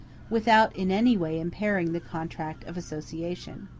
without in any way impairing the contract of association.